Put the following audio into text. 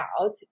out